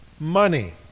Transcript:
money